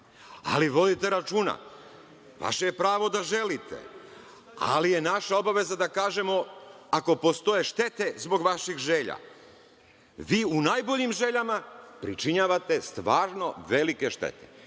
Ali, vodite računa, vaše je pravo da želite, ali je naša obaveza da kažemo ako postoje štete zbog vaših želja. Vi u najboljim željama pričinjavate stvarno velike štete.